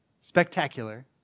spectacular